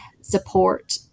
support